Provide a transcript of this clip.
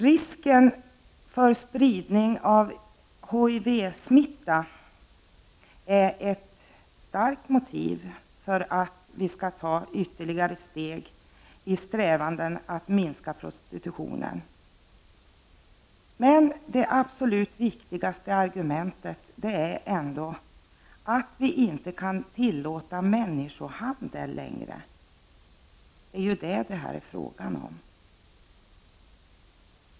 Risken för spridning av HIV-smitta är ett starkt motiv för att vi skall ta ytterligare steg i strävandena att minska prostitutionen. Men det absolut viktigaste argumentet är ändå att man inte längre kan tillåta människohandel. Det är ju det som detta är fråga om.